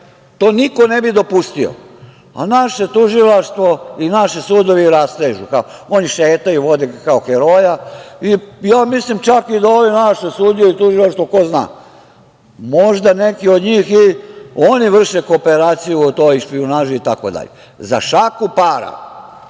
to niko ne bi dopustio, ali naše tužilaštvo i naši sudovi rastežu. Oni šetaju, vode kao heroja i ja mislim čak i da ove naše sudije i tužilaštvo ko zna, možda neki od njih i oni vrše kooperaciju o toj špijunaži itd. Za šaku para,